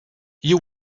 you